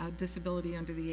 a disability under the